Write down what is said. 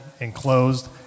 enclosed